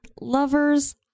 lover's